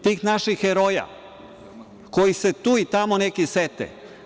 Tih naših heroja kojih se tu i tamo neki sete.